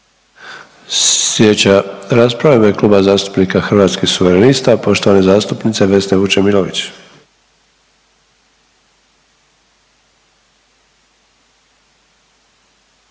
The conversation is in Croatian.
Slijedeća rasprava u ime Kluba zastupnika Hrvatskih suverenista poštovane zastupnice Vesne Vučemilović.